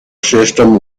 system